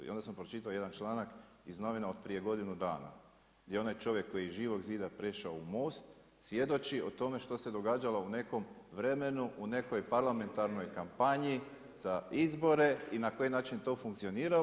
I onda sam pročitao jedan članak iz novina od prije godinu dana, gdje je onaj čovjek iz Živog zida prešao u MOST svjedoči o tome što se događalo u nekom vremenu, u nekoj parlamentarnoj kampanji za izbore i na koji način je to funkcioniralo.